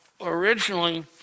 Originally